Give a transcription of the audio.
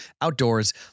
outdoors